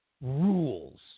rules